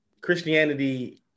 Christianity